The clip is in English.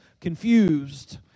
confused